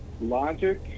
logic